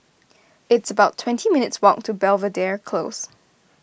it's about twenty minutes' walk to Belvedere Close